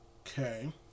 Okay